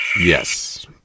Yes